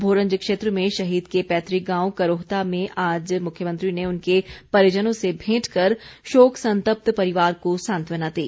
भोरंज क्षेत्र में शहीद के पैतुक गांव करोहता में आज मुख्यमंत्री ने उनके परिजनों से भेंट कर शोक संतप्त परिवार को सांत्वना दी